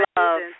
love